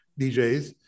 DJs